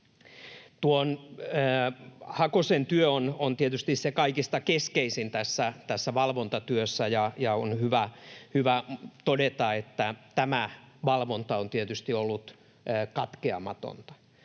Hakosen työ on tietysti se kaikista keskeisin tässä valvontatyössä, ja on hyvä todeta, että tämä valvonta on tietysti ollut katkeamatonta.